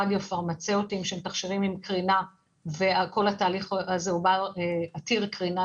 רדיו-פרמצבטיים שהם תכשירים עם קרינה וכל התהליך הזה הוא עתיר קרינה,